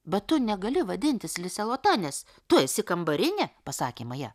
bet tu negali vadintis lise lota nes tu esi kambarinė pasakė maja